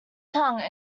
tongue